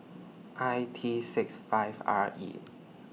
I T six five R E